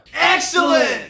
Excellent